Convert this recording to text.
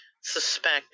suspect